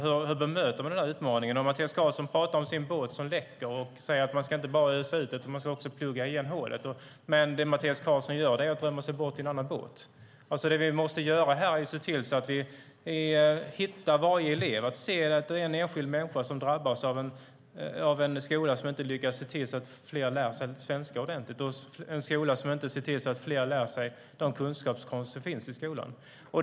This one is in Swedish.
Hur bemöter man den där utmaningen? Om en person pratar om sin båt som läcker säger man att han inte bara ska ösa ur utan också ska plugga igen hålet. Men det Mattias Karlsson gör är att vända sig bort till en annan båt. Det vi måste göra här är att hitta varje elev, att se att det är en enskild människa som drabbas av en skola som inte lyckas få fler att lära sig svenska ordentligt och en skola som inte ser till att fler får de kunskaper som krävs i skolan.